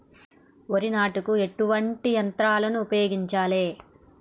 వరి నాటుకు ఎటువంటి యంత్రాలను ఉపయోగించాలే?